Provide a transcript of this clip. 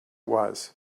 was